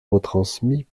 retransmis